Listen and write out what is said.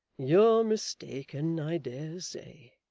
you're mistaken i daresay.